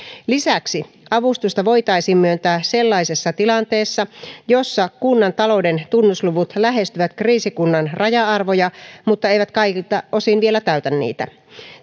lisäksi avustusta voitaisiin myöntää sellaisessa tilanteessa jossa kunnan talouden tunnusluvut lähestyvät kriisikunnan raja arvoja mutta eivät kaikilta osin vielä täytä niitä